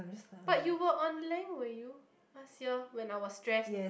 but you were on lang were you last year when I was stressed